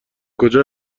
کجا